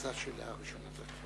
תודה.